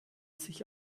sich